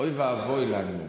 אוי ואבוי לנו,